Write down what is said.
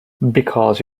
because